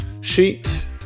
sheet